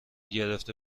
گرفته